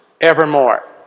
evermore